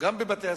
גם בבתי-הספר,